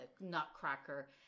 Nutcracker